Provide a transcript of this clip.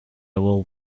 will